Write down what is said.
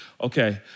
Okay